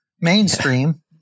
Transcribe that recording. mainstream